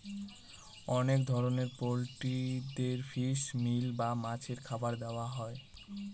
অনেক ধরনের পোল্ট্রিদের ফিশ মিল বা মাছের খাবার দেওয়া হয়